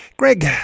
Greg